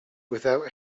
without